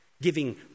giving